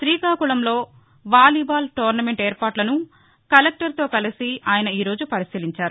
శ్రీకాకుళంలో volleyball tournament ఏర్పాట్లను కలెక్టర్తో కలిసి ఆయన ఈరోజు పరిశీలించారు